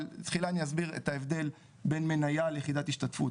אבל תחילה אני אסביר את ההבדל בין מניה ליחידת השתתפות.